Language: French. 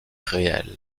réels